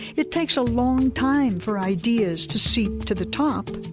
it takes a long time for ideas to seep to the top,